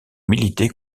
milité